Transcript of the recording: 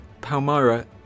Palmyra